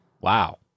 Wow